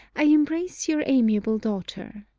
i embrace your amiable daughter,